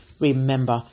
Remember